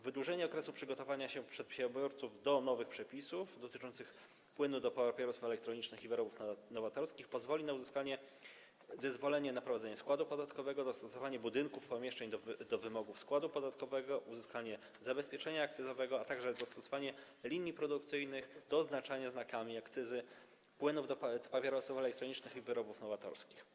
Wydłużenie okresu przygotowania się przez przedsiębiorców do nowych przepisów dotyczących płynu do papierosów elektronicznych i wyrobów nowatorskich pozwoli na uzyskanie zezwolenia na prowadzenie składu podatkowego, dostosowanie budynków i pomieszczeń do wymogów składu podatkowego, uzyskanie zabezpieczenia akcyzowego, a także dostosowanie linii produkcyjnych do oznaczania znakami akcyzy płynów do papierosów elektronicznych i wyrobów nowatorskich.